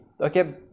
okay